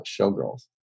Showgirls